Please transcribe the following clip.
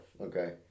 Okay